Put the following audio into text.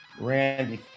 Randy